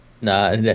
Nah